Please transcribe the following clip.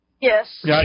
Yes